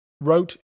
wrote